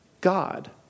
God